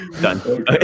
Done